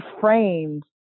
framed